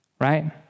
Right